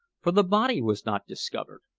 for the body was not discovered.